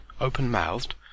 open-mouthed